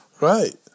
Right